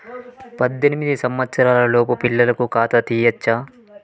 పద్దెనిమిది సంవత్సరాలలోపు పిల్లలకు ఖాతా తీయచ్చా?